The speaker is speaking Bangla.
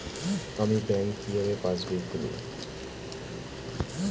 আমি ব্যাঙ্ক কিভাবে পাশবই খুলব?